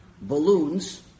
balloons